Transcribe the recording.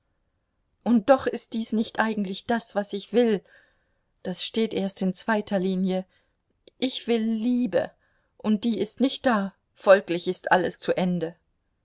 und doch ist dies nicht eigentlich das was ich will das steht erst in zweiter linie ich will liebe und die ist nicht da folglich ist alles zu ende